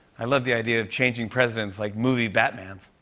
i love the idea of changing presidents like movie batmans.